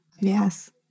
Yes